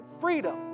Freedom